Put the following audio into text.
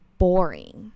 boring